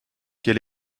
quel